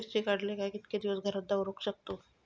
मिर्ची काडले काय कीतके दिवस घरात दवरुक शकतू?